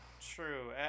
true